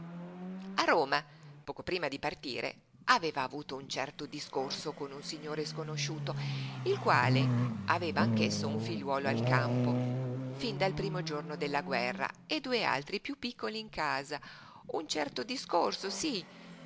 lui a roma poco prima di partire aveva avuto un certo discorso con un signore sconosciuto il quale aveva anch'esso un figliuolo al campo fin dal primo giorno della guerra e due altri piú piccoli in casa un certo discorso sí